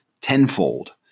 tenfold